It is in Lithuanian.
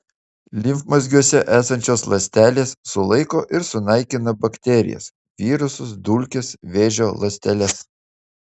limfmazgiuose esančios ląstelės sulaiko ir sunaikina bakterijas virusus dulkes vėžio ląsteles